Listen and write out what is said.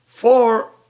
four